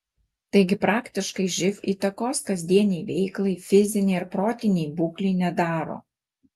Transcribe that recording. taigi praktiškai živ įtakos kasdienei veiklai fizinei ar protinei būklei nedaro